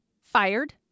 fired